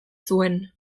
zuen